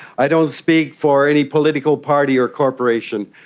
i don't speak for any political party or corporation,